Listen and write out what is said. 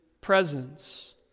presence